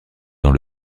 dans